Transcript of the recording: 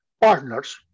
partners